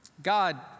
God